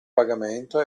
pagamento